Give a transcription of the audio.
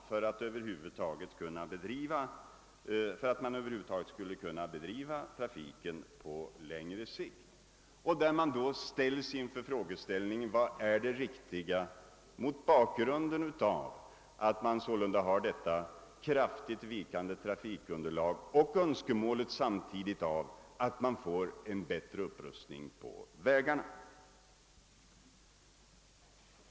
Mot bakgrunden härav ställs man inför frågan: Vilken är den förmånligaste åtgärden med hänsyn till ett kraftigt vikande trafikunderlag på en del järnvägslinjer och önskemålet om en bättre upprustning av vägarna?